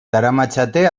daramatzate